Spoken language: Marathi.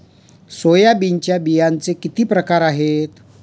सोयाबीनच्या बियांचे किती प्रकार आहेत?